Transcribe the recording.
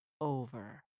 over